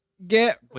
Get